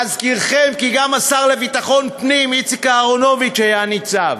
להזכירכם כי גם השר לביטחון הפנים איציק אהרונוביץ היה ניצב.